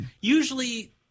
usually